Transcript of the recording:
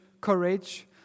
courage